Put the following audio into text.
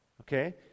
okay